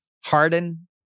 Harden